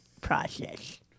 process